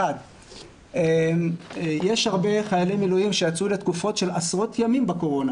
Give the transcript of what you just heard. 1. יש הרבה חיילי מילואים שיצאו לתקופות של עשרות ימים בקורונה